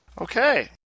okay